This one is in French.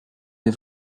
est